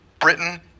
Britain